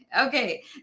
Okay